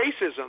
racism